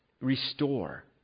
restore